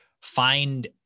find